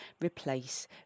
replace